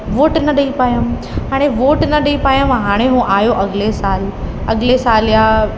vote न ॾेई पायमि हाणे वोट न ॾेई पायमि मां हाणे उहो आयो अॻिले साल अॻिले साल या